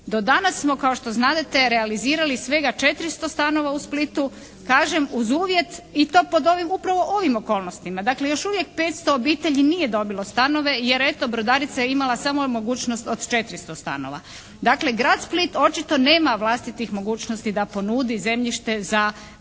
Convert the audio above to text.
Do danas smo kao što znadete realizirali svega 400 stanova u Splitu, kažem uz uvjet i to pod ovim upravo ovim okolnostima. Dakle, još uvijek 500 obitelji nije dobilo stanove jer eto brodarica je imala samo mogućnost od 400 stanova. Dakle, grad Split očito nema vlastitih mogućnosti da ponudi zemljište za